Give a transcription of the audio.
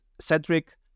Cedric